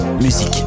Musique